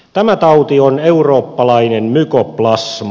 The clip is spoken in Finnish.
tämä tauti on eurooppalainen mykoplasma